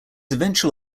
eventual